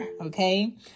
okay